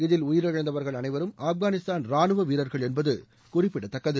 இதில் உயிரிழந்தவர்கள் அனைவரும் ஆப்கானிஸ்தான் ரானுவ வீரர்கள் என்பது குறிப்பிடத்தக்கது